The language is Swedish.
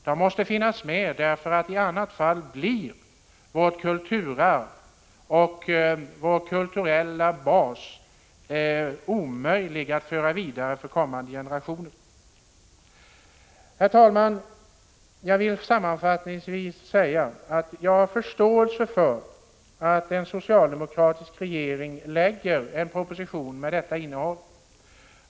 De måste finnas med, därför att i annat fall blir vårt kulturarv och vår kulturella bas omöjliga att föra vidare till kommande generationer. Herr talman! Jag vill sammanfattningsvis säga att jag har förståelse för att en socialdemokratisk regering lägger fram en proposition med detta innehåll.